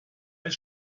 sich